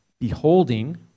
beholding